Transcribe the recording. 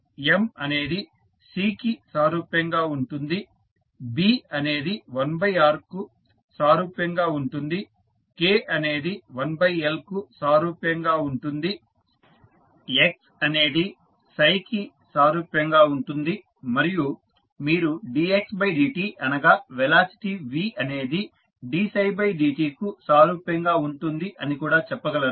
mass M అనేది C కి సారూప్యంగా ఉంటుంది B అనేది 1 Rకు సారూప్యంగా ఉంటుంది K అనేది 1 L కు సారూప్యంగా ఉంటుంది x అనేది కి సారూప్యంగా ఉంటుంది మరియు మీరు dx dt అనగా వెలాసిటీ v అనేది dψdt కు సారూప్యంగా ఉంటుంది అని కూడా చెప్పగలరు